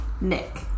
Nick